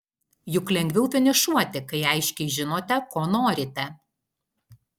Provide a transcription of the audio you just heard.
juk lengviau finišuoti kai aiškiai žinote ko norite